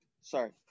Sorry